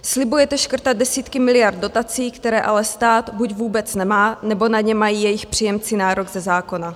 Slibujete škrtat desítky miliard dotací, které ale stát buď vůbec nemá, nebo na ně mají jejich příjemci nárok ze zákona.